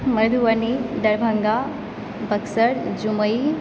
Madhubani Darbhanga Buxar Jamui